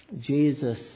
Jesus